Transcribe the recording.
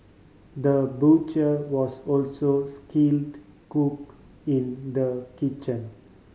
the butcher was also skilled cook in the kitchen